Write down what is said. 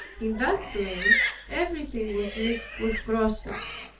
in that place everything was mixed with crosses,